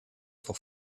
for